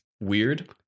weird